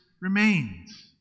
remains